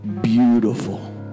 Beautiful